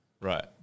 Right